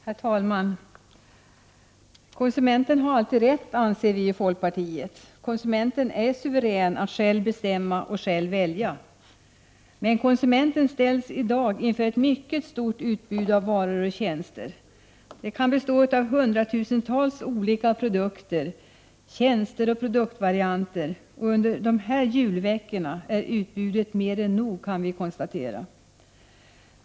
Herr talman! Konsumenten har alltid rätt anser vi i folkpartiet. Konsumenten är suverän att själv bestämma och själv välja. Konsumenten ställs i dag inför ett mycket stort utbud av varor och tjänster. Det kan bestå av hundratusentals olika produkter, tjänster och produktvarianter. Under dessa julveckor kan vi konstatera att utbudet är mer än nog.